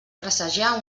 presagiar